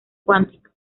cuántica